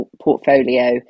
portfolio